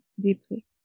deeply